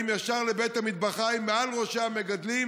ישר לבית המטבחיים מעל ראשי המגדלים,